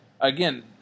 again